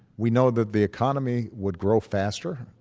we know that the economy would grow faster,